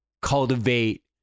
cultivate